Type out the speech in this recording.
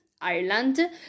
Ireland